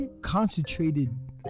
concentrated